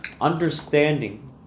Understanding